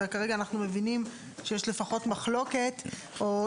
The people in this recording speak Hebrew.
וכרגע אנחנו מבינים שיש לפחות מחלוקת או אי בהירות האם חל או לא חל.